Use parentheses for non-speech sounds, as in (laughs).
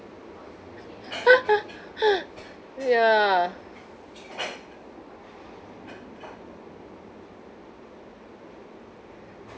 (laughs) ya